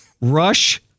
Rush